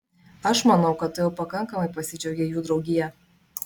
aš manau kad tu jau pakankamai pasidžiaugei jų draugija